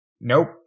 nope